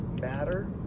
matter